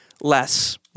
less